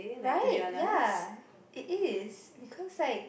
right ya it is because I